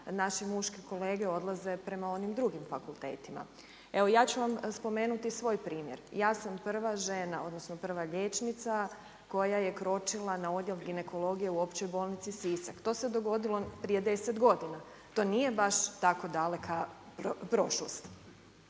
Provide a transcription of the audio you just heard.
naši muški kolege odlaze prema onim drugim fakultetima. Evo ja ću vam spomenuti svoj primjer. Ja sam prva žena odnosno prva liječnica koja je kročila na Odjel ginekologije u Općoj bolnici Sisak, to se dogodilo prije deset godina, to nije baš tako daleka prošlost.